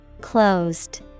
Closed